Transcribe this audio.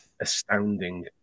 astounding